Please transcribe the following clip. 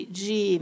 de